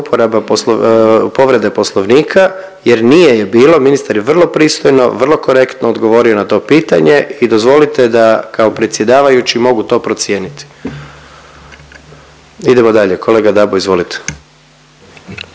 zlouporaba povrede Poslovnika jer nije je bilo. Ministar je vrlo pristojno, vrlo korektno odgovorio na to pitanje i dozvolite da kao predsjedavajući mogu to procijeniti. Idemo dalje, kolega Dabo, izvolite.